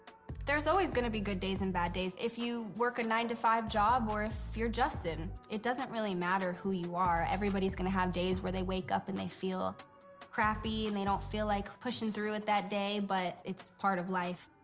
there's always gonna be good days and bad days if you work a nine to five job or if you're justin. it doesn't really matter who you are. everybody's gonna have days where they wake up and they feel crappy and they don't feel like pushing through it that day, but it's part of life.